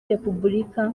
repubulika